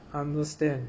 understand